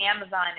Amazon